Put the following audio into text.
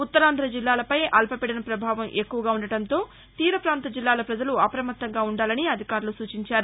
ఉత్తరాంధ జిల్లాలపై అల్పపీడన పభావం ఎక్కువగా ఉండటంతో తీరపాంత జిల్లాల పజలు అప్రమత్తంగా ఉండాలని అధికారులు సూచించారు